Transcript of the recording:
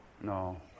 No